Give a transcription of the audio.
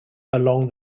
along